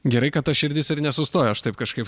gerai kad ta širdis ir nesustojo aš taip kažkaip